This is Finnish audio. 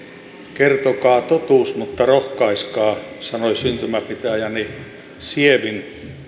kertokaa totuus mutta rohkaiskaa sanoi syntymäpitäjäni sievin